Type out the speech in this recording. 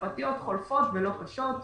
חולפות ולא קשות.